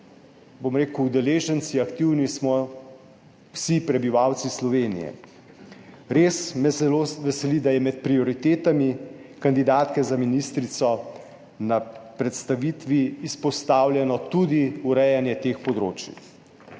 bom rekel, udeleženci aktivni smo vsi prebivalci Slovenije. Res me zelo veseli, da je med prioritetami kandidatke za ministrico na predstavitvi izpostavljeno tudi urejanje teh področij.